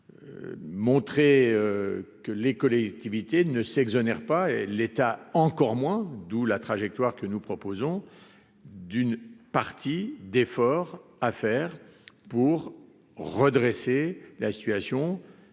Montrer que les collectivités ne s'exonère pas l'État, encore moins d'où la trajectoire que nous proposons d'une partie d'effort à faire pour redresser la situation